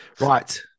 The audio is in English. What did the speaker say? Right